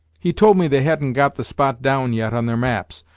he told me they hadn't got the spot down yet on their maps,